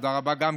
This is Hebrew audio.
תודה רבה גם,